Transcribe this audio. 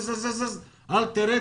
אל תרד,